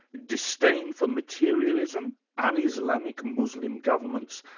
disdain for materialism, ah un-islamic muslim governments,